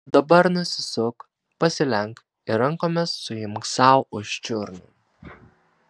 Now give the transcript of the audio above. dabar nusisuk pasilenk ir rankomis suimk sau už čiurnų